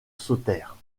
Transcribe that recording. sautèrent